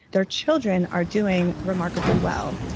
their children are doing remarkably well.